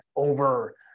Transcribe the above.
Over